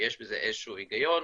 ויש בזה איזה שהוא היגיון,